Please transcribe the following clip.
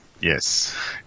Yes